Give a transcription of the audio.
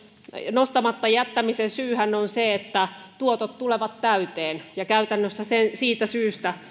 nostamatta jättämisen syyhän on se että tuotot tulevat täyteen ja käytännössä siitä syystä